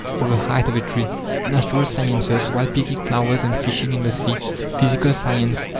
or the height of a tree natural sciences, while picking flowers and fishing in the sea physical science,